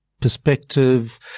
perspective